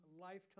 lifetime